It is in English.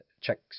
checks